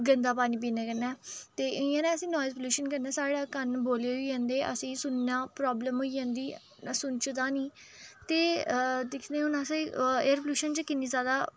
गंदा पानी पीने कन्नै ते इ'यां ना असें ई नॉइज़ पलूशन कन्नै साढ़े क'न्न बौले होई जंदे असें ई सुनना प्रॉब्लम होई जंदी सुनचदा निं ते दिक्खने हून अस एयर पलूशन च कि'न्नी जादा